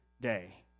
day